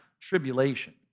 tribulation